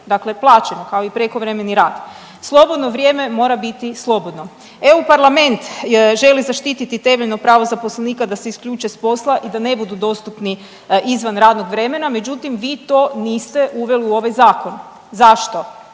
dakle plaćeno kao i prekovremeni rad. Slobodno vrijeme mora biti slobodno. EU parlament želi zaštititi temeljno pravo zaposlenika da se isključe s posla i da ne budu dostupni izvan radnog vremena, međutim vi to niste uveli u ovaj zakon. Zašto?